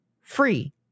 free